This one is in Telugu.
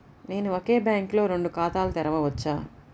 నేను ఒకే బ్యాంకులో రెండు ఖాతాలు తెరవవచ్చా?